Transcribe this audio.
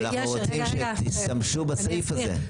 אבל אנחנו רוצים שתשתמשו בסעיף הזה.